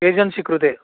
agency कृते